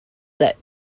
that